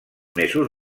mesos